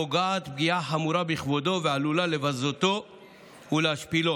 פוגעת פגיעה חמורה בכבודו ועלולה לבזותו ולהשפילו.